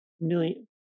million